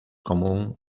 común